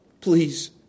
Please